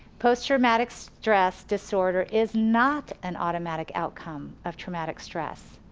post traumatic stress disorder is not an automatic outcome of traumatic stress.